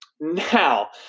Now